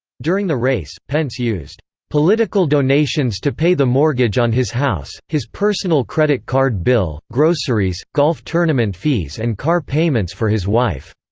during the race, pence used political donations to pay the mortgage on his house, his personal credit card bill, groceries, golf tournament fees and car payments for his wife.